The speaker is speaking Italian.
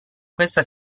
questa